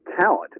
talent